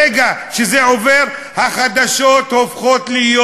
ברגע שזה עובר, החדשות הופכות להיות